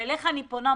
אני פונה אליך,